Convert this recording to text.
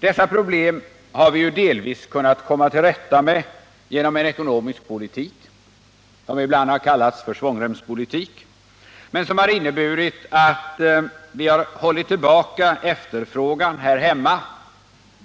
Dessa problem har vi delvis kunna komma till rätta med genom en ekonomisk politik, som ibland har kallats för svångremspolitik men som har inneburit att vi har hållit tillbaka efterfrågan här hemma